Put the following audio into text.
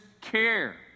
care